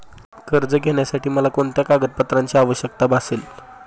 कर्ज घेण्यासाठी मला कोणत्या कागदपत्रांची आवश्यकता भासेल?